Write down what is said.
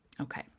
okay